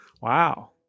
Wow